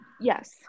Yes